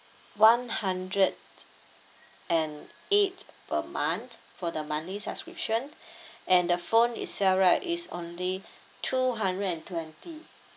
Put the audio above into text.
one hundred and eight per month for the monthly subscription and the phone itself right is only two hundred and twenty